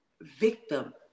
Victim